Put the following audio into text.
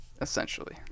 essentially